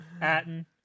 Atten